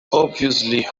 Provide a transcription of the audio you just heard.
obviously